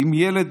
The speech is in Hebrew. אם ילד,